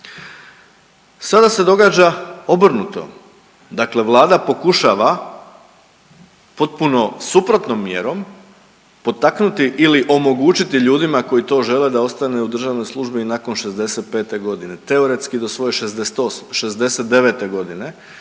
Sada se događa obrnuto, dakle Vlada pokušava potpuno suprotnom mjerom potaknuti ili omogućiti ljudima koji to žele da ostanu u državnoj službi i nakon 65. godine, teoretski do svoje 69. godine